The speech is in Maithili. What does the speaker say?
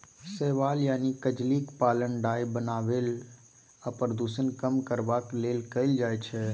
शैबाल यानी कजलीक पालन डाय बनेबा लेल आ प्रदुषण कम करबाक लेल कएल जाइ छै